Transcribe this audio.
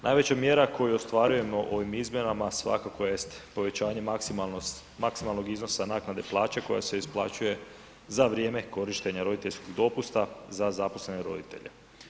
Najveća mjera koju ostvarujemo ovim izmjenama svakako jest povećanje maksimalnog iznosa naknade plaće koja se isplaćuje za vrijeme korištenja roditeljskog dopusta za zaposlene roditelj.